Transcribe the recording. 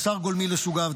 בשר גולמי לסוגיו,